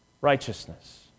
righteousness